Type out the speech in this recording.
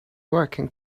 working